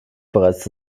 bereits